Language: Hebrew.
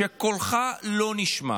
שקולך לא נשמע.